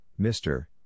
Mr